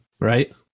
Right